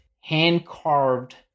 hand-carved